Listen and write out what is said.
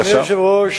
אדוני היושב-ראש,